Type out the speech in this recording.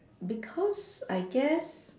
because I guess